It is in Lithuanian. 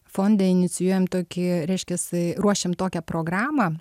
fonde inicijuojam tokį reiškias ruošiam tokią programą